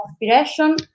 inspiration